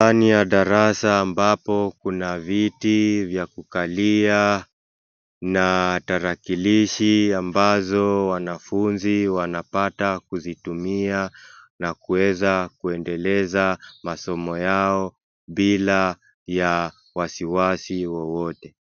Ndani ya darasa ambapo kuna viti vya kukalia, na tarakilishi ambazo wanafunzi wanapata kuzitumia na kuweza kuendeleza masomo yao bila ya wasiwasi wowote.